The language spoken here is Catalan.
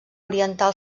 oriental